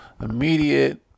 immediate